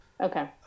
Okay